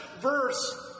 verse